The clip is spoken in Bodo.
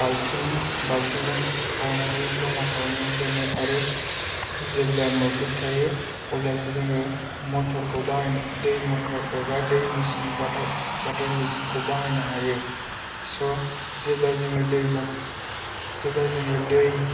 बाल्थिंजों खावनानै जमा खालामनानै दोनो आरो जेब्ला मोब्लिब थायो अब्लासो जोङो मथरखौ बाहायनो दै मथर एबा दै मेसिन वाटार मेसिनखौ बाहायनो हायो स' जेब्ला जोङो दै